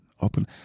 open